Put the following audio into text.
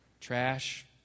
trash